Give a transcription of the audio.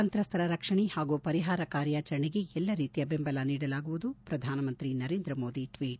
ಸಂತ್ರಸ್ತರ ರಕ್ಷಣೆ ಹಾಗೂ ಪರಿಹಾರ ಕಾರ್ಯಾಚರಣೆಗೆ ಎಲ್ಲಾ ರೀತಿಯ ಬೆಂಬಲ ನೀಡಲಾಗುವುದು ಪ್ರಧಾನಮಂತ್ರಿ ನರೇಂದ್ರ ಮೋದಿ ಟ್ವೀಟ್